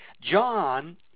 John